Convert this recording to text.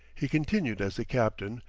he continued as the captain,